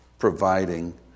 providing